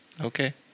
Okay